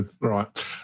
right